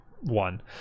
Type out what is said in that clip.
one